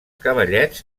cavallets